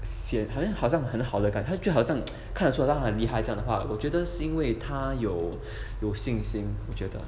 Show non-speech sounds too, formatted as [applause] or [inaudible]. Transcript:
sian 好像好像很好了感就好像 [noise] 看得到他很厉害这样的话我觉得因为他有有信心我觉得